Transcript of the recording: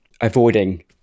avoiding